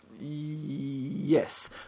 Yes